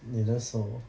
你的手